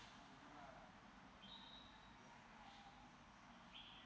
uh